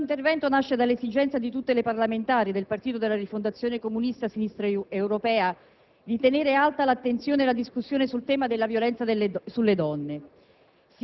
Il mio intervento nasce dall'esigenza di tutte le parlamentari del Gruppo della Rifondazione Comunista-Sinistra Europea di tenere alta l'attenzione e la discussione sul tema della violenza sulle donne.